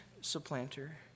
Supplanter